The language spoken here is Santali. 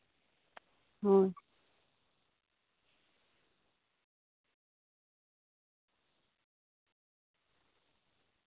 ᱦᱩᱸ